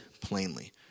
plainly